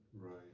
right